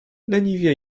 leniwie